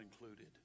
included